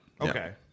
Okay